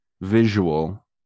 visual